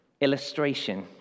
illustration